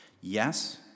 Yes